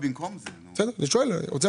בבקשה.